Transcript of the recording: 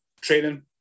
training